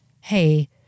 hey